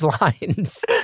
lines